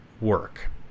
Work